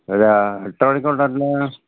അല്ല എത്ര മണിക്കാണു കൊണ്ടുവരേണ്ടത്